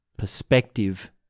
perspective